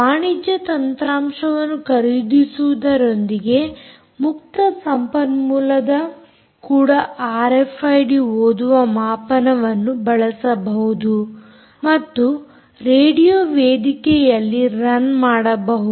ವಾಣಿಜ್ಯ ತಂತ್ರಾಂಶವನ್ನು ಖರೀದಿಸುವುದರೊಂದಿಗೆ ಮುಕ್ತ ಸಂಪನ್ಮೂಲದಿಂದ ಕೂಡ ಆರ್ಎಫ್ಐಡಿ ಓದುವ ಮಾಪನವನ್ನು ಬಳಸಬಹುದು ಮತ್ತು ರೇಡಿಯೊ ವೇದಿಕೆಯಲ್ಲಿ ರನ್ ಮಾಡಬಹುದು